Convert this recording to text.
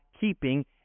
keeping